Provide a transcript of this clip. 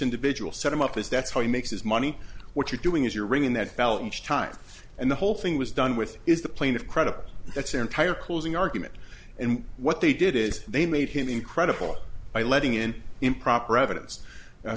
individual set him up is that's how he makes his money what you're doing is you're ringing that felt each time and the whole thing was done with is the plane of credit that's their entire closing argument and what they did is they made him incredible by letting in improper evidence